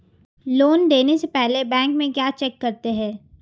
Loan देने से पहले बैंक में क्या चेक करते हैं?